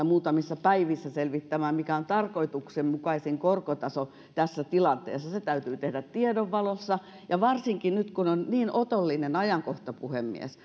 muutamissa päivissä selvittämään mikä on tarkoituksenmukaisin korkotaso tässä tilanteessa se täytyy tehdä tiedon valossa ja varsinkin nyt kun on niin otollinen ajankohta puhemies